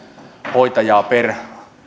hoitajaa per